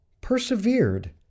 persevered